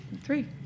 three